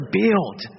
build